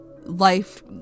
life